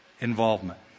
involvement